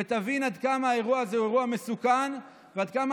ותבין עד כמה האירוע הזה הוא אירוע מסוכן ועד כמה